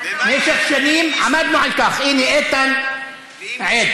במשך שנים עמדנו על כך, הינה, איתן עד.